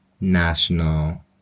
national